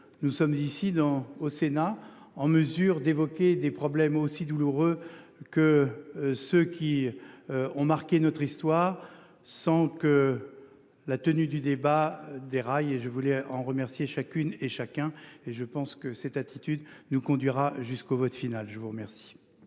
nous sommes ici dans au Sénat en mesure d'évoquer des problèmes aussi douloureux que ceux qui. Ont marqué notre histoire sans que. La tenue du débat rails et je voulais remercier chacune et chacun, et je pense que cette attitude nous conduira jusqu'au vote final. Je vous remercie.